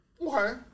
Okay